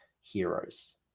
heroes